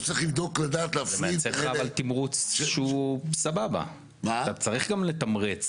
אז צריך לדעת --- אתה צריך גם לתמרץ